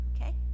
okay